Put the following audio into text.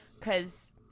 cause